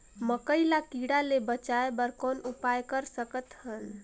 मकई ल कीड़ा ले बचाय बर कौन उपाय कर सकत हन?